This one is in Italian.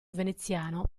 veneziano